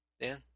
Dan